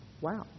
Wow